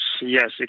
yes